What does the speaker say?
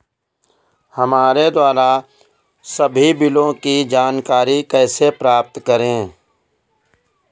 हमारे द्वारा सभी बिलों की जानकारी कैसे प्राप्त करें?